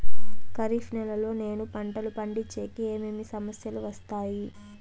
ఖరీఫ్ నెలలో నేను పంటలు పండించేకి ఏమేమి సమస్యలు వస్తాయి?